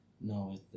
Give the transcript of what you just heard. no